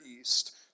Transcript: East